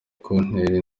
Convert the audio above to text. kuntera